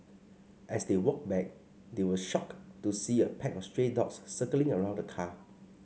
as they walked back they were shocked to see a pack of stray dogs circling around the car